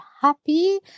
happy